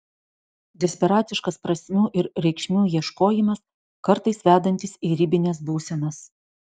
desperatiškas prasmių ir reikšmių ieškojimas kartais vedantis į ribines būsenas